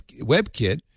WebKit